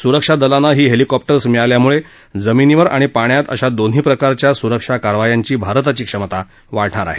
सुरक्षादलांना ही हेलीकॉप्टर्स मिळाल्यामुळे जमिनीवर आणि पाण्यात अशा दोन्ही प्रकारच्या सुरक्षा कारवायांची भारताची क्षमता वाढणार आहे